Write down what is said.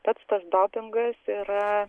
pats tas dopingas yra